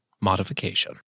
modification